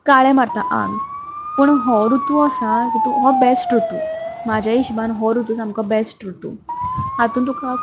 काळें मारता आंग पूण हो रुतू आसा जातूंत हो बॅस्ट रुतू म्हज्या हिशोबान हो रुतू सामको बॅस्ट रुतू हातूंत तुका